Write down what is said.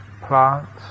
plants